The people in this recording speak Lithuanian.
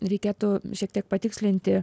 reikėtų šiek tiek patikslinti